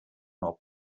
nur